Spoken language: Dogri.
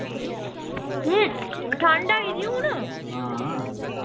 ठंड आई दी हू'न